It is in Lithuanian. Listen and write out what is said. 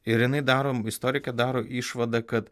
ir jinai darom istorikė daro išvadą kad